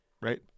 Right